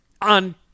on